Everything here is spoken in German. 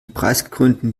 preisgekrönten